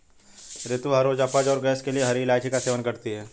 रितु हर रोज अपच और गैस के लिए हरी इलायची का सेवन करती है